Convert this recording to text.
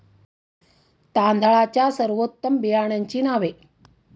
तांदळाच्या सर्वोत्तम बियाण्यांची नावे?